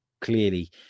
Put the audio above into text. clearly